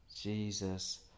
jesus